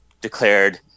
declared